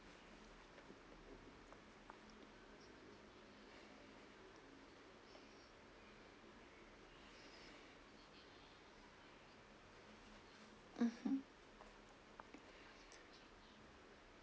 mmhmm